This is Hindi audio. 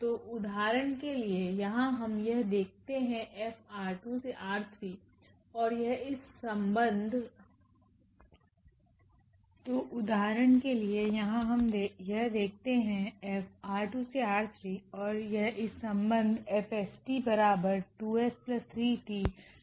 तो उदाहरण के लिए यहाँ हम यह देखते है𝐹ℝ2→ℝ3 और यह इस संबंध दिया जाता है